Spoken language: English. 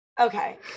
Okay